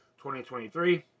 2023